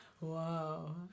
wow